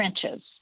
trenches